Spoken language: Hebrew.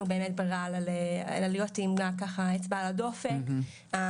באמת ברירה אלא להיות באמת ככה עם אצבע על הדופק ובאמת,